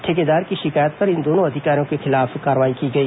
ठेकेदार की शिकायत पर इन दोनों अधिकारियों के खिलाफ कार्रवाई की गई